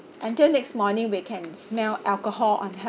until next morning we can smell alcohol on her